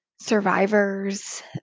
survivors